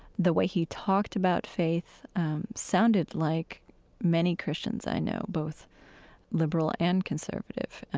the way he talked about faith sounded like many christians i know, both liberal and conservative,